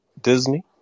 Disney